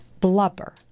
Blubber